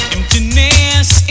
Emptiness